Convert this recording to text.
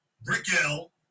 Brickell